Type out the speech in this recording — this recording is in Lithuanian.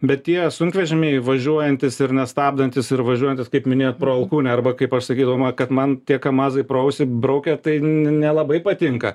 bet tie sunkvežimiai važiuojantys ir nestabdantys ir važiuojantys kaip minėjot pro alkūnę arba kaip aš sakydama kad man tiek kamazai pro ausį braukia tai ne nelabai patinka